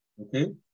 Okay